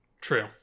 True